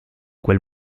quel